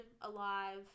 alive